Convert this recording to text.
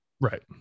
Right